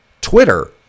Twitter